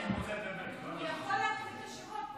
הוא יכול להקריא את השמות.